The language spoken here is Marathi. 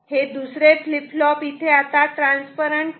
हे दुसरे फ्लीप फ्लॉप इथे ट्रान्सपरंट नाही